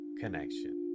connection